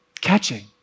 catching